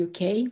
UK